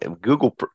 Google